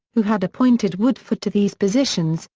who had appointed woodford to these positions,